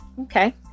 Okay